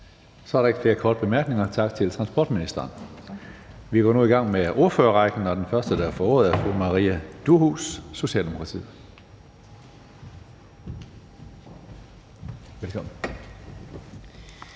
Så er der ikke flere korte bemærkninger. Tak til transportministeren. Vi går nu i gang med ordførerrækken, og den første, der får ordet, er fru Maria Durhuus, Socialdemokratiet. Velkommen.